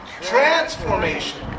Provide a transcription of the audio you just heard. Transformation